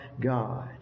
God